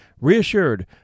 Reassured